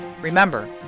Remember